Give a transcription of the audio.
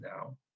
now